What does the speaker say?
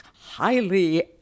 highly